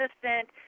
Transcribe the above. assistant